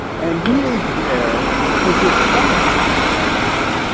and he is there cause his stomach kind of bothers him.